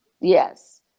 yes